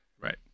Right